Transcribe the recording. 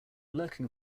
lurking